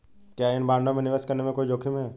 क्या इन बॉन्डों में निवेश करने में कोई जोखिम है?